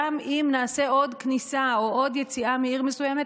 גם אם נעשה עוד כניסה או עוד יציאה מעיר מסוימת,